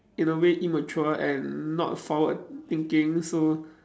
in a way immature and not forward thinking so